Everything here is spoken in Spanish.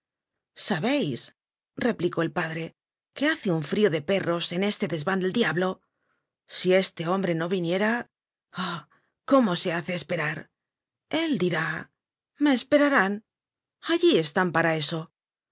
sabeis replicó el padre que hace un frio de perros en este desvan del diablo si este hombre no viniera oh cómo se hace esperar él dirá me esperarán allí están para eso